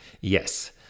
Yes